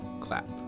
clap